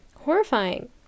horrifying